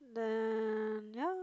then ya